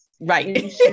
right